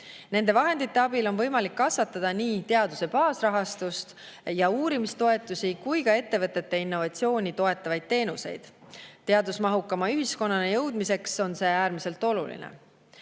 Nende vahendite abil on võimalik kasvatada nii teaduse baasrahastust ja uurimistoetusi kui ka ettevõtete innovatsiooni toetavaid teenuseid. Teadusmahukama ühiskonnani jõudmiseks on see äärmiselt oluline.